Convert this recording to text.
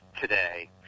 today